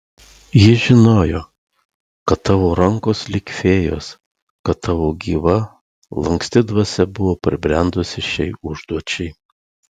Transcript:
ji žinojo kad tavo rankos lyg fėjos kad tavo gyva lanksti dvasia buvo pribrendusi šiai užduočiai